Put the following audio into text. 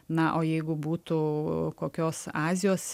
na o jeigu būtų kokios azijos